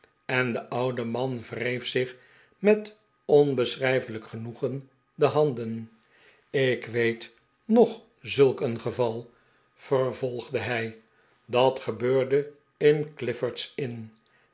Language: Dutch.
en de oude man wreef zich met onbeschrijfelijk genoegen de handen ik weet nog zulk een geval vervolgde hij dat gebeurde in